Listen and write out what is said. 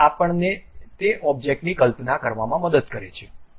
તે આપણને તે ઓબ્જેક્ટની કલ્પના કરવામાં મદદ કરે છે